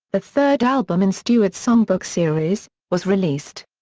the third album in stewart's songbook series, was released.